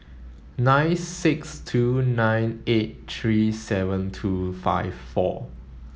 nine six two nine eight three seven two five four